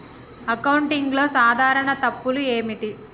అకౌంటింగ్లో సాధారణ తప్పులు ఏమిటి?